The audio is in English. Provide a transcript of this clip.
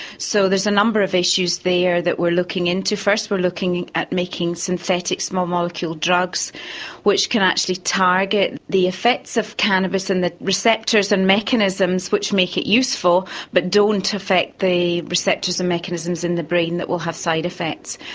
so there are a number of issues there that we're looking into. first, we're looking at making synthetic small-molecule drugs which can actually target the effects of cannabis and the receptors and mechanisms which make it useful, but don't affect the receptors and mechanisms in the brain that will have side effects.